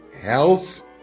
health